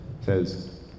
says